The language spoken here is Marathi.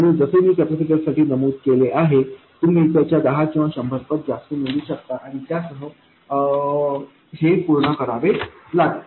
आणि जसे मी कॅपेसिटरसाठी नमूद केले आहे तुम्ही त्याच्या दहा किंवा शंभर पट जास्त निवडू शकता आणि त्यासह हे पूर्ण करावे लागेल